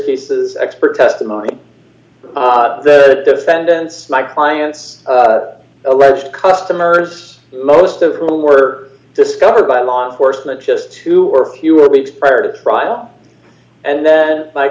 ces expert testimony from the defendants my clients alleged customers most of whom were discovered by law enforcement just two or few weeks prior to the trial and then my